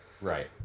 Right